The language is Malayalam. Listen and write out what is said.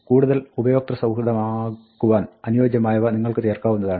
കൂടുതൽ ഉപയോക്ത സൌഹൃദമാക്കുവാൻ അനുയോജ്യമായവ നിങ്ങൾക്ക് ചേർക്കാവുന്നതാണ്